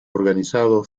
organizado